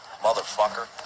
Motherfucker